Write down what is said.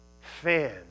fans